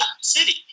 city